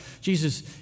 Jesus